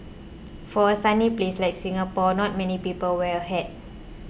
for a sunny place like Singapore not many people wear a hat